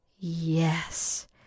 Yes